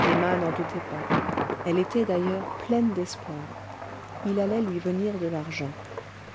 emma n'en doutait pas elle était d'ailleurs pleine d'espoir il allait lui venir de l'argent